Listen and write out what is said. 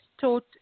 taught